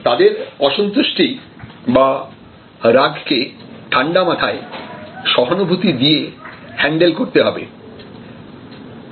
তাদের অসন্তুষ্টি বা রাগকে ঠান্ডা মাথায় সহানুভূতি দিয়ে হ্যান্ডেল করতে হবে